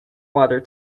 water